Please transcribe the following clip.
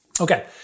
Okay